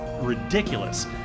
ridiculous